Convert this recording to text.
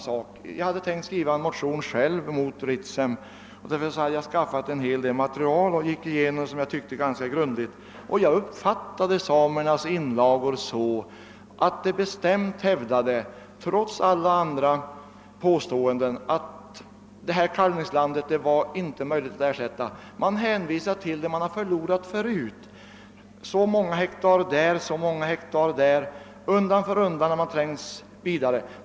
Jag hade själv tänkt väcka en motion mot Ritsem och därför hade jag skaffat en hel del material och gick igenom det ganska grundligt. Jag uppfattade samernas inlagor så att de bestämt hävdade — trots alla påståenden om motsatsen — att detta kalvningsland inte var möjligt att ersätta. Man hänvisade t.ex. till vad man förlorat förut — så många hektar här och så många hektar där. Undan för undan har man trängts vidare.